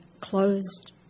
closed